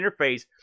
interface